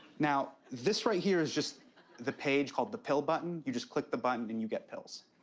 now, this right here is just the page called the pill button. you just click the button and you get pills.